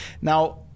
Now